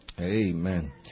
Amen